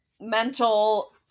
mental